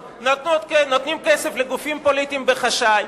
נותנים כסף לגופים פוליטיים בחשאי,